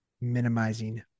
Minimizing